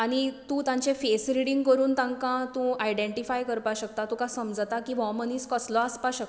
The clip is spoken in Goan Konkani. आनी तूं तांचें फॅस रिडींग करून तांकां तूं आयडेण्टिफाय करपाक शकता तुका समजता की हो मनीस कसलो आसपा शकता